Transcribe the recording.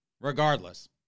regardless